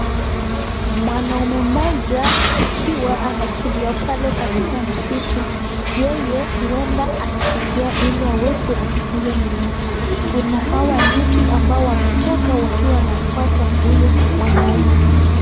Mwanaume mmoja akiwa anakimbia pale katika msitu. Yeye, huenda anakimbia ili aweze asikulwe na nyuki. Kuna hawa nyuki ambao wametoka wakiwa wanamfuata huyu mwanaume.